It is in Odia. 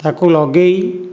ତାକୁ ଲଗାଇ